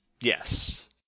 Yes